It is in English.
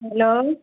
hello